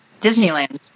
Disneyland